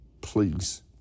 Please